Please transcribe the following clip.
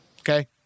Okay